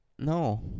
no